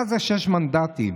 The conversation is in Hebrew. מה זה שישה מנדטים?